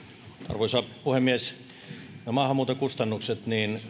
arvoisa puhemies nämä maahanmuuton kustannukset ovat